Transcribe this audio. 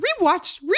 rewatch